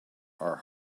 are